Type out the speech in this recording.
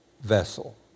vessel